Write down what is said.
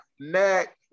neck